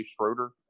schroeder